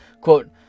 Quote